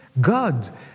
God